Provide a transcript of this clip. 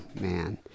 man